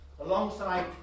alongside